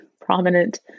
prominent